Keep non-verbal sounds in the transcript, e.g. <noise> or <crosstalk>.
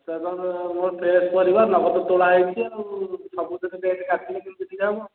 <unintelligible> ମୋର ଫ୍ରେସ୍ ପରିବା ନଗଦ ତୋଳା ହୋଇଛି ଆଉ ସବୁଥିରୁ ରେଟ୍ କାଟିଲେ କେମିତିକା ହେବ